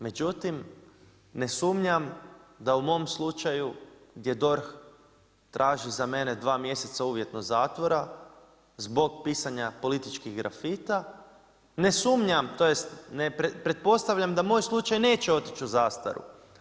Međutim, ne sumnjam da u mom slučaju gdje DORH traži za mene 2 mjeseca uvjetno zatvora zbog pisanja političkih grafita ne sumnjam, tj. ne pretpostavljam da moj slučaj neće otići u zastaru.